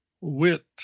Wit